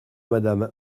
madame